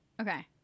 Okay